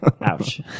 Ouch